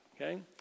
Okay